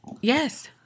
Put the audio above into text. Yes